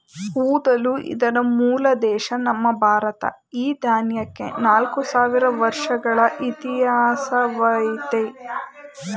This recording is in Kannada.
ಊದಲು ಇದರ ಮೂಲ ದೇಶ ನಮ್ಮ ಭಾರತ ಈ ದಾನ್ಯಕ್ಕೆ ನಾಲ್ಕು ಸಾವಿರ ವರ್ಷಗಳ ಇತಿಹಾಸವಯ್ತೆ